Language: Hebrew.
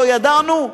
לא ידענו?